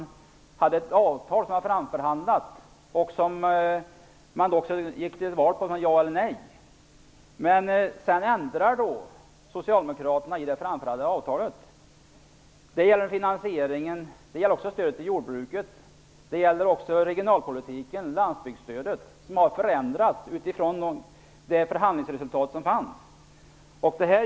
Det framgick att det fanns ett framförhandlat avtal och där vi skulle välja ja eller nej. Sedan ändrade Socialdemokraterna i det framförhandlade avtalet. Det gäller finansieringen, och det gäller stödet till jordbruket. Det gäller också regionalpolitiken, landsbygdsstödet, som har förändrats i förhållande till förhandlingsresultatet.